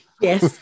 Yes